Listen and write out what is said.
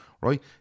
right